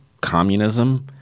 communism